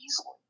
easily